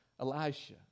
Elisha